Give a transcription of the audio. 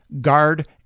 guard